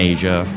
Asia